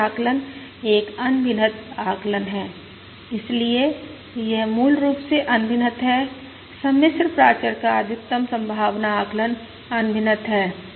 तो यह आकलन एक अनभिनत आकलन है इसलिए यह मूल रूप से अनभिनत है सम्मिश्र प्राचर का अधिकतम संभावना आकलन अनभिनत है